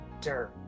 dirt